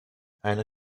eine